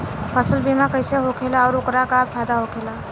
फसल बीमा कइसे होखेला आऊर ओकर का फाइदा होखेला?